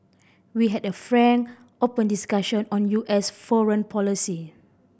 we had a frank open discussion on U S foreign policy